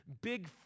Big